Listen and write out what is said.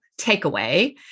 takeaway